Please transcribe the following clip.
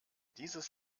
dieses